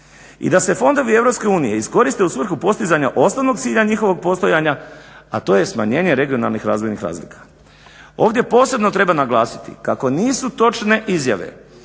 i da se fondovi Europske unije iskoriste u svrhu postizanja osnovnog cilja njihovog postojanja, a to je smanjenje regionalnih razvojnih razlika. Ovdje posebno treba naglasiti kako nisu točne izjave